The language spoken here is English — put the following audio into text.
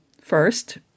first